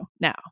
now